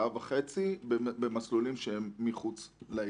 ושעה וחצי במסלולים שהם מחוץ לעיר.